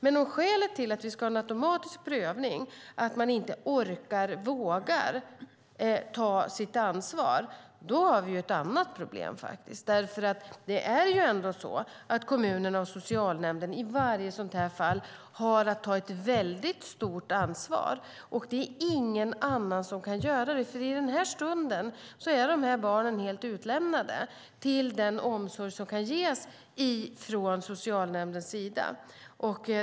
Men om skälet till att vi ska ha en automatisk prövning är att man inte orkar eller vågar ta sitt ansvar har vi ju ett annat problem. Det är ju ändå så att kommunerna och socialnämnden i varje sådant här fall har att ta ett väldigt stort ansvar, och det är ingen annan som kan göra det. I den akuta situationen är ju barnen helt utlämnade åt den omsorg som kan ges från socialnämndens sida.